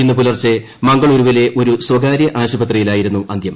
ഇന്ന് പുലർച്ചെ മംഗളൂരുവിലെ ഒരു സ്വകാര്യ ആശുപത്രിയിലായിരുന്നു അന്ത്യം